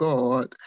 God